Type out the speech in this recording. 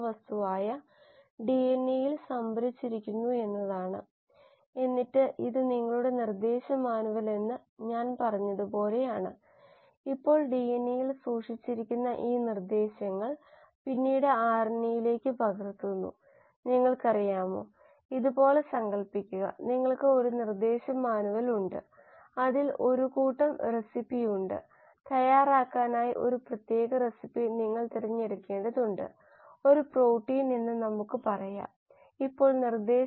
അവസാന മൊഡ്യൂളിൽ മൊഡ്യൂൾ അഞ്ചിൽ നമുക്ക് മനസ്സിലാക്കാൻ കഴിയുന്ന ചില മാർഗ്ഗങ്ങളിലൂടെ കോശങ്ങളെ തന്നെ നോക്കി കോശങ്ങൾകുള്ളിൽ എന്താണ് നടക്കുന്നത് നമ്മൾക്ക് ആവശ്യമുള്ള വസ്തുക്കളുടെ മികച്ച ഉൽപാദനത്തിന് അവയെ കൈകാര്യം ചെയ്യാമെന്ന് അറിഞ്ഞു അതാണ് ഈ കോഴ്സിനുള്ള മൊത്തത്തിലുള്ള പദ്ധതി